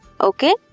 Okay